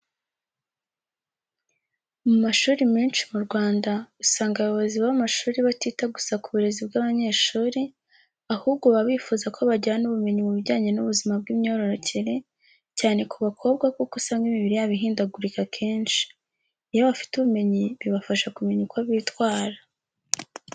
Mu mashuri menshi mu Rwanda, usanga abayobozi b'amashuri batita gusa ku burezi bw'abanyeshuri, ahubwo baba bifuza ko bagira n'ubumenyi mu bijyanye n'ubuzima bw'imyororokere, cyane ku bakobwa kuko usanga imibiri yabo ihindagurika kenshi, iyo bafite ubumenyi bibafasha kumenya uko bitwara.